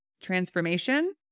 transformation